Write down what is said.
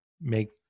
make